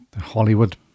Hollywood